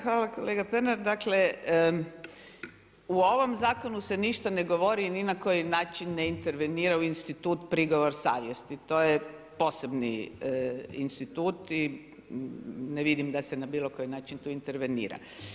Hvala kolega Pernar, dakle u ovom zakonu se ništa ne govori, ni na koji način ne intervenira u institut prigovor savjesti, to je posebni institut i ne vidim da se na bilokoji način tu intervenira.